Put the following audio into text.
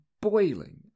Boiling